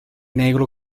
negro